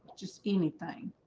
just anything